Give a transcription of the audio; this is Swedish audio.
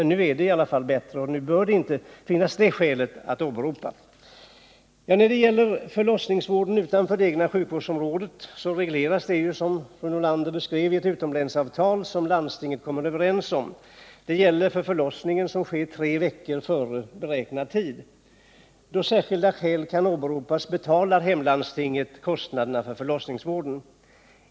Nu är i alla fall förhållandena bättre i detta avseende, och därför bör inte det skälet kunna åberopas. Förlossningsvården utanför det egna sjukvårdsområdet regleras, som fru Nordlander beskrivit, i ett utomlänsavtal som träffas mellan landstingen. Avtalet gäller för förlossningar som sker minst tre veckor före beräknad tid. Då särskilda skäl kan åberopas betalar hemlandstinget kostnaderna för förlossningsvården.